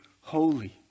holy